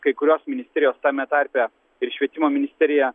kai kurios ministerijos tame tarpe ir švietimo ministerija